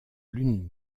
l’une